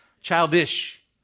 Childish